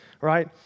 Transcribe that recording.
right